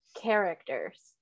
characters